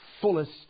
fullest